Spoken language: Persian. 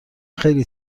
خیلی